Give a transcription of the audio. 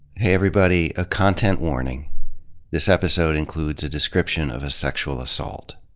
hey everybody, a content warning this episode includes a description of a sexual assault.